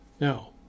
Now